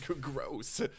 Gross